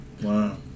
Wow